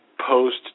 post